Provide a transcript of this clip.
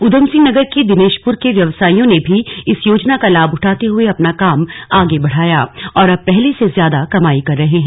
उधमसिंह नगर के दिनेशपुर के व्यवसायियों ने भी इस योजना का लाभ उठाते हए अपना काम आगे बढ़ाया और अब पहले से ज्यादा कमाई कर रहे हैं